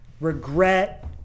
regret